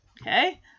Okay